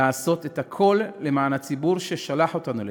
לעשות הכול למען הציבור ששלח אותנו לכאן,